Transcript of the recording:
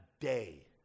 day